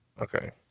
Okay